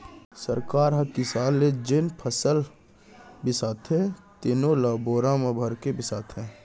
सरकार ह किसान ले जेन फसल बिसाथे तेनो ल बोरा म भरके बिसाथे